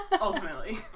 Ultimately